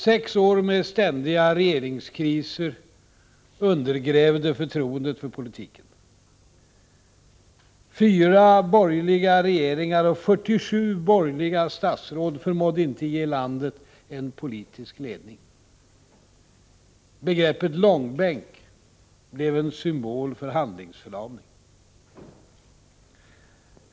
Sex år med ständiga regeringsskiften undergrävde förtroendet för politiken. Fyra borgerliga regeringar och 47 borgerliga ministrar förmådde inte ge landet en politisk ledning. Begreppet ”långbänk” blev en symbol för handlingsförlamning.